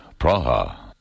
Praha